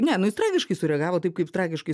ne nu jis tragiškai sureagavo taip kaip tragiškai